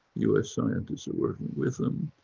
us scientists are working with them.